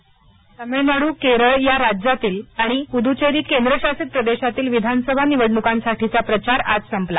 script Tamil Nadu Kerala या राज्यातील आणि पुडुचेरी केंद्रशासित प्रदेशातील विधानसभा निवडणुकांसाठीचा प्रचार आज संपला